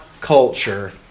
culture